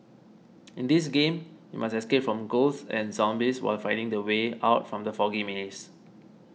in this game you must escape from ghosts and zombies while finding the way out from the foggy maze